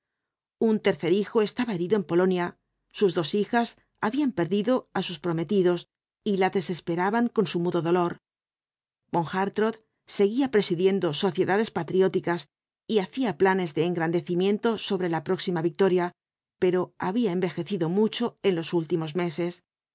un tercer hijo estaba herido en polonia sus dos hijas habían perdido á sus prometidos y la desesperaban con su mudo dolor von hartrott seguía presidiendo sociedades patrióticas y hacía planes de engrandecimiento sobre la próxima victoria pero había envejecido mucho en los últimos meses